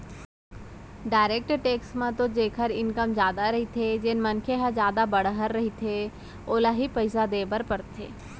direct tax म तो जेखर इनकम जादा रहिथे जेन मनसे ह जादा बड़हर रहिथे ओला ही पइसा देय बर परथे